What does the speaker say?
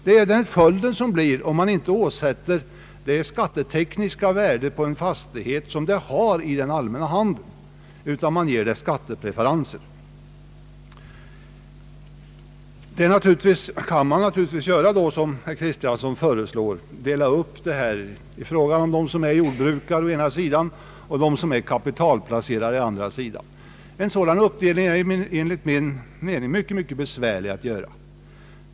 Det blir följden om man inte åsätter fastigheten det skattetekniska värde som den har i den allmänna handeln, utan ger skattepreferenser. Då kan man naturligtvis, som herr Kristiansson föreslår, göra en uppdelning mellan å ena sidan dem som är jordbrukare och å andra sidan den, som är kapitalplacerare. En sådan uppdelning är enligt min mening mycket besvärlig att göra.